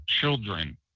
children